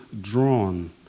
drawn